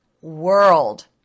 world